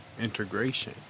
integration